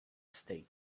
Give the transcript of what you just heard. estate